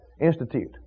institute